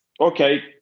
okay